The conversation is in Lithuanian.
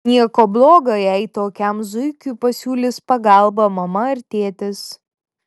nieko bloga jei tokiam zuikiui pasiūlys pagalbą mama ar tėtis